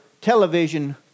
television